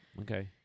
Okay